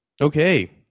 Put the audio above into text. okay